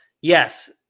yes